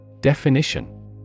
Definition